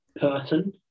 person